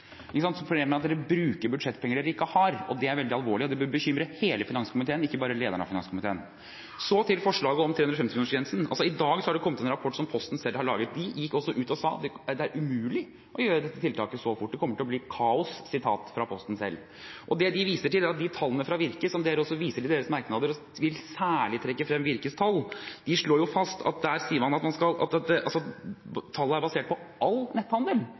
ikke kan redegjøre for. Problemet er at de bruker budsjettpenger de ikke har. Det er veldig alvorlig, og det bør bekymre hele finanskomiteen, ikke bare lederen av finanskomiteen. Så til forslaget om 350-kronersgrensen. I dag har det kommet en rapport som Posten selv har laget. De gikk også ut og sa at det er umulig å gjøre dette tiltaket så fort, det kommer til å bli kaos – sitat fra Posten selv. Og det de viser til og slår fast, er at tallene fra Virke, som opposisjonen også viser til i sine merknader – de vil særlig trekke frem Virkes tall, er basert på all netthandel,